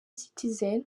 citizen